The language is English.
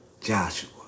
Joshua